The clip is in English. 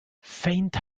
faint